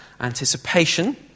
anticipation